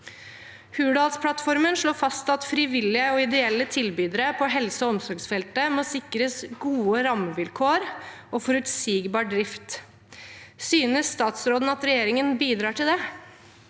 Hurdalsplattformen slår fast at frivillige og ideelle tilbydere på helse- og omsorgsfeltet må sikres gode rammevilkår og forutsigbar drift. Synes statsråden at regjeringen bidrar til det?